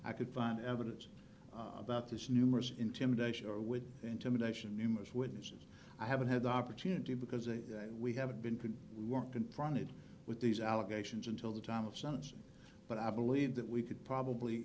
i could find evidence about this numerous intimidation or with intimidation numerous witnesses i haven't had the opportunity because we have been can work confronted with these allegations until the time of sentencing but i believe that we could probably